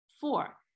Four